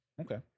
Okay